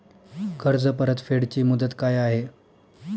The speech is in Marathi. कर्ज परतफेड ची मुदत काय आहे?